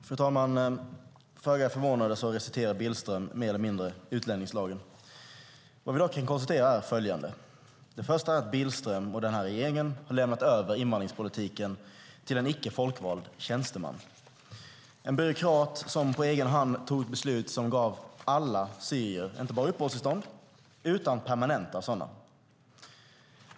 Fru talman! Föga förvånande reciterar Billström mer eller mindre utlänningslagen. Vi kan då konstatera följande: Det första är att Billström och denna regering har lämnat över invandringspolitiken till en icke folkvald tjänsteman, en byråkrat som på egen hand tog ett beslut som gav alla syrier inte bara uppehållstillstånd utan permanenta sådana.